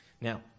Now